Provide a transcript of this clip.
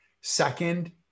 second